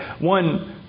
One